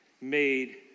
made